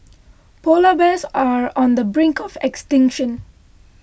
Polar Bears are on the brink of extinction